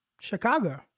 Chicago